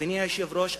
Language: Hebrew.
אדוני היושב-ראש,